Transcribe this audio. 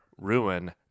Ruin